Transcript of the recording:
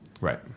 right